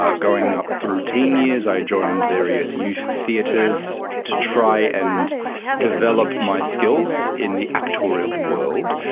um going up through teen years i joined various youth theatres to try and develop my skills in the actorial world,